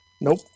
Nope